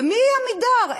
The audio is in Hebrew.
ומיהי "עמידר"?